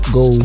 go